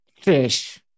fish